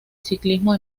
ciclismo